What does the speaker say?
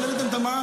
כשהעליתם את המע"מ,